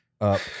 Up